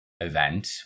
event